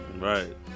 Right